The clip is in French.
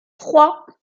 trois